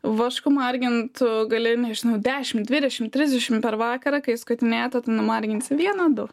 vašku margintų gali nežinau dešim dvidešim trisdešim per vakarą kai skutinėt numarginsi vieną du